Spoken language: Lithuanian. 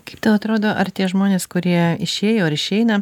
kaip tau atrodo ar tie žmonės kurie išėjo ar išeina